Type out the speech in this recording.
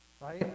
Right